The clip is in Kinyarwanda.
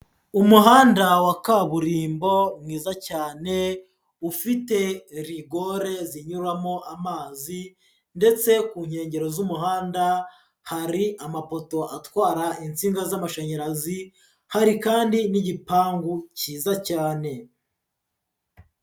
Umuhanda wa kaburimbo mwiza cyane ufite rigore zinyuramo amazi ndetse ku nkengero z'umuhanda hari amapoto atwara insinga z'amashanyarazi, hari kandi n'igipangu cyiza cyane.